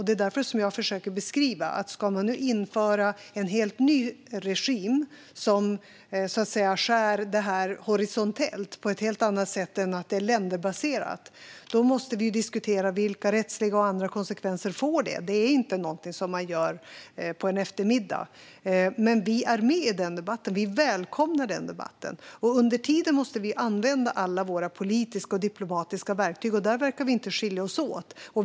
Det är därför jag försöker beskriva att ska man nu införa en helt ny regim som så att säga skär det här horisontellt på ett helt annat sätt än att det är baserat på länder måste vi diskutera vilka rättsliga och andra konsekvenser som det får. Det är inte någonting som man gör på en eftermiddag, men vi välkomnar och är med i den debatten. Under tiden måste vi använda alla våra politiska och diplomatiska verktyg, och i synen på det verkar vi inte skilja oss åt.